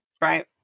Right